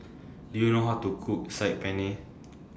Do YOU know How to Cook Saag Paneer